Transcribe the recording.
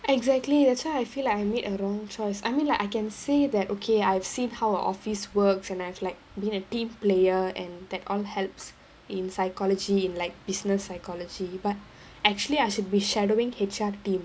exactly that's why I feel like I made a wrong choice I mean like I can say that okay I've seen how a office works and I've like been a team player and that all helps in psychology in like business psychology but actually I should be shadowing H_R team